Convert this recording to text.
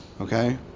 Okay